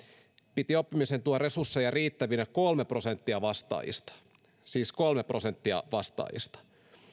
piti oppimisen tuen resursseja riittävinä kolme prosenttia vastaajista siis kolme prosenttia vastaajista